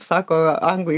sako anglai